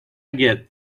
get